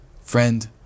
Friend